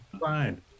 Fine